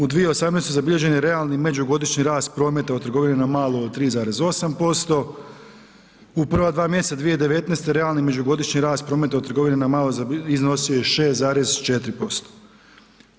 U 2018. zabilježen je realan međugodišnji rast prometa u trgovini na malo od 3,8%, u prva dva mjeseca 2019. realni međugodišnji rast prometa u trgovini na malo iznosio je 6,4%